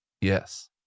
Yes